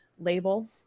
label